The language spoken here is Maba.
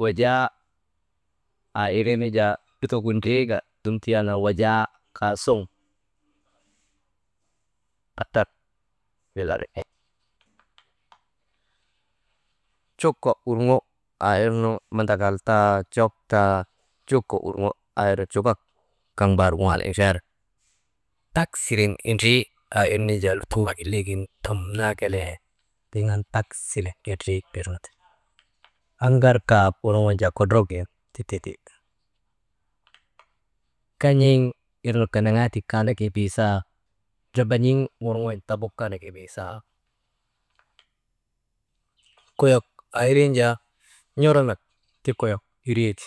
wujaa aa iriinu jaa lutogu driika tiyandan wujaa kaa suŋ, «hesitation» coka turŋo mandakal taa jok taa coka urgo aa irnu cukak kaŋ mbaar kuŋaal indriyar, tak siren indrii aa irnu jaa lutoo hilegin dumnaa kelee taiŋ an tak sire indrii irnu ti anŋargaa worŋon jaa kodrogin ti tindi, kan̰iŋ irnu ganaŋaatik kaanak wibisaa, draban̰iŋ worŋoonu jaa tabuk kaanak wibiisaa, koyok aa irin jaa n̰oronak ti koyok ire ti.